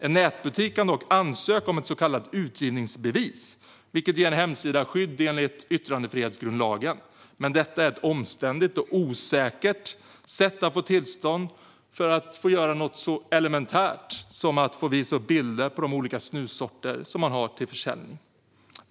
En nätbutik kan dock ansöka om ett så kallat utgivningsbevis, vilket ger en hemsida skydd enligt yttrandefrihetsgrundlagen. Men detta är ett omständligt och osäkert sätt att få tillstånd att göra något så elementärt som att visa upp bilder på de olika snussorter som man har till försäljning.